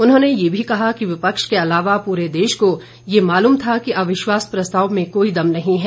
उन्होंने ये भी कहा कि विपक्ष के अलावा पूरे देश को ये मालूम था कि अविश्वास प्रस्ताव में कोई दम नहीं है